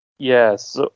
Yes